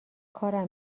کارم